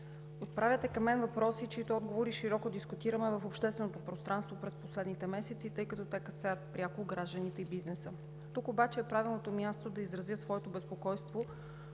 отправяте към мен въпроси, чиито отговори широко дискутираме в общественото пространство през последните месеци, тъй като те касаят пряко гражданите и бизнеса. Тук обаче е правилното място да изразя своето безпокойство